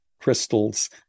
crystals